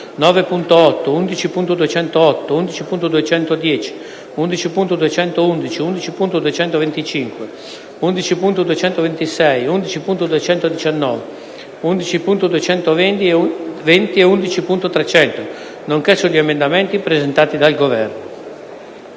9.8, 11.208, 11.210, 11.211, 11.225, 11.226, 11.219, 11.220 e 11.300, nonche´ sugli emendamenti presentati dal Governo».